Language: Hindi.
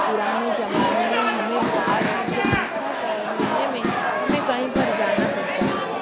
पुराने ज़माने में हमें पाठ मतलब शिक्षा का लेने में हमें कहीं पर जाना पड़ता था